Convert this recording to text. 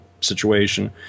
situation